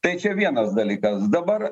tai čia vienas dalykas dabar